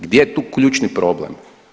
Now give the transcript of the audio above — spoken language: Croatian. Gdje je tu ključni problem?